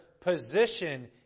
position